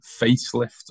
facelift